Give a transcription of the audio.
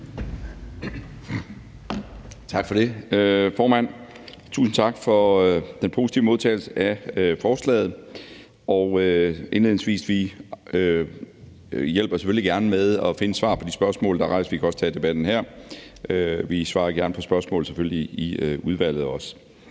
Tak for det, formand. Tusind tak for den positive modtagelse af forslaget. Indledningsvis vil jeg sige, at vi selvfølgelig gerne vil hjælpe med at finde svar på de spørgsmål, der er rejst. Vi kan også tage debatten her. Vi svarer selvfølgelig også